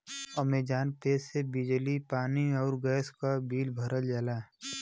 Amazon Pay से बिजली पानी आउर गैस क बिल भरल जाला